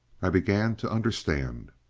i began to understand.